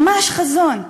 ממש חזון.